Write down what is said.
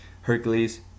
Hercules